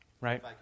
right